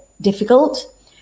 difficult